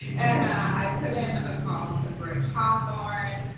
and i put in a call to brit hawthorn,